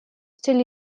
still